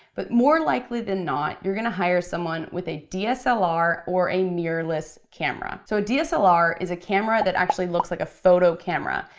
but more likely than not, you're gonna hire someone with a dslr or a mirrorless camera. so a dslr is a camera that actually looks like a photo camera.